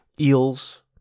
eels